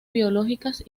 biológicas